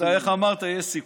איך אמרת, יהיה סיכום.